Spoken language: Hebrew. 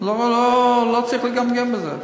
לא צריך לגמגם בזה,